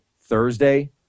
Thursday